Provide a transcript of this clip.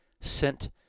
sent